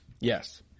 Yes